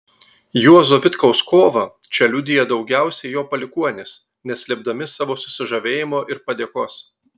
juozo vitkaus kovą čia liudija daugiausiai jo palikuonys neslėpdami savo susižavėjimo ir padėkos